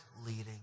leading